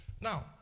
Now